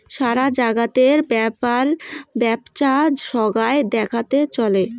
সারা জাগাতের ব্যাপার বেপছা সোগায় দেখাত চলে